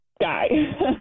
guy